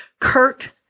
Kurt